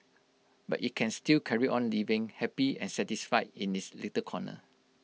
but IT can still carry on living happy and satisfied in its little corner